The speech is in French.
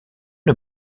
une